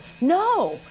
No